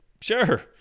sure